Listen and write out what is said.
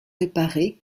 réparée